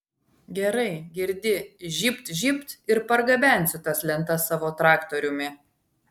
gerai girdi žybt žybt ir pargabensiu tas lentas savo traktoriumi